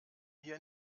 hier